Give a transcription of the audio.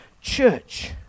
church